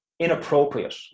inappropriate